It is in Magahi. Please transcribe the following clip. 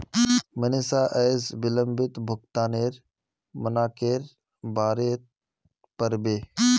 मनीषा अयेज विलंबित भुगतानेर मनाक्केर बारेत पढ़बे